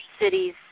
cities